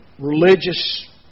religious